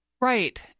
Right